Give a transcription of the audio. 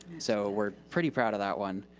so we're pretty proud of that one.